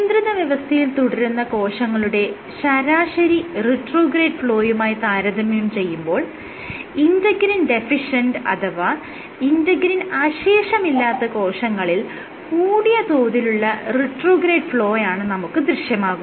നിയന്ത്രിത വ്യവസ്ഥയിൽ തുടരുന്ന കോശങ്ങളുടെ ശരാശരി റിട്രോഗ്രേഡ് ഫ്ലോയുമായി താരതമ്യം ചെയ്യുമ്പോൾ ഇന്റെഗ്രിൻ ഡെഫിഷ്യന്റ് അഥവാ ഇന്റെഗ്രിൻ അശേഷമില്ലാത്ത കോശങ്ങളിൽ കൂടിയ തോതിലുള്ള റിട്രോഗ്രേഡ് ഫ്ലോയാണ് നമുക്ക് ദൃശ്യമാകുന്നത്